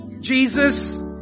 Jesus